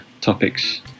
topics